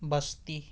بستی